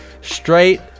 straight